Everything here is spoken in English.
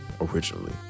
originally